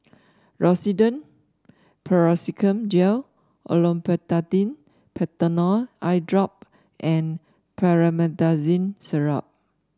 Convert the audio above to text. Rosiden Piroxicam Gel Olopatadine Patanol Eyedrop and Promethazine Syrup